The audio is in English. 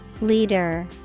Leader